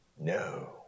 No